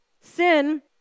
Sin